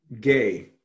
gay